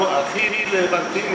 אנחנו הכי לבנטינים,